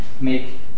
make